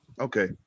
Okay